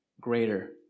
greater